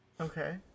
Okay